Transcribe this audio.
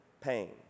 pain